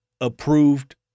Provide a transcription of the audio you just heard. approved